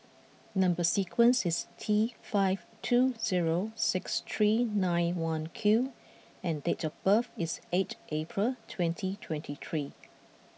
number sequence is T five two zero six three nine one Q and date of birth is eight April twenty twenty three